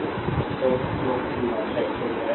फिर से इसका सामना टर्मिनल तो 2 v0 है